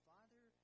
Father